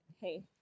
Hey